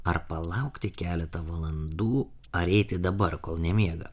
ar palaukti keletą valandų ar eiti dabar kol nemiega